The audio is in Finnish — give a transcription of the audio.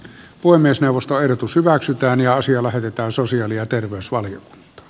puhemiesneuvosto ehdottaa että asia lähetetään sosiaali ja terveysvalion